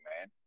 man